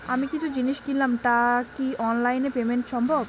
আমি কিছু জিনিস কিনলাম টা কি অনলাইন এ পেমেন্ট সম্বভ?